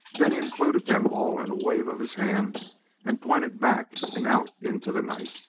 then he included them all in a wave of his hand and pointed back and out into the night.